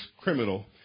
criminal